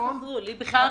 אני